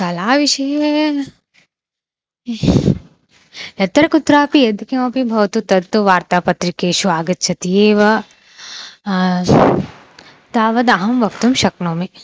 कलाविषये यत्र कुत्रापि यद् किमपि भवतु तत् वार्तापत्रिकासु आगच्छति एव तावदहं वक्तुं शक्नोमि